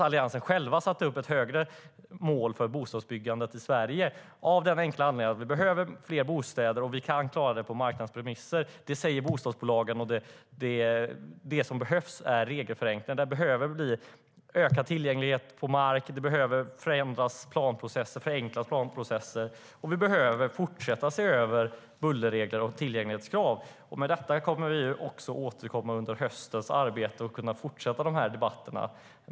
Alliansen satte dock själv upp ett högre mål för bostadsbyggandet i Sverige, av den enkla anledningen att vi behöver fler bostäder, och vi kan klara det på marknadens premisser. Bostadsbolagen säger att det som behövs är regelförenklingar. Det behövs ökad tillgång till mark. Man behöver förändra och förenkla planprocessen. Vi behöver fortsätta se över bullerregler och tillgänglighetskrav. Till detta kommer vi att återkomma i höstens arbete och i fortsatta debatter.